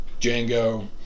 Django